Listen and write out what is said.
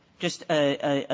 just a